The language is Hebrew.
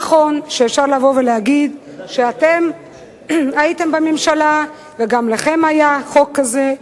נכון שאפשר לבוא ולהגיד שאתם הייתם בממשלה וגם לכם היה חוק כזה,